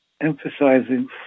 emphasizing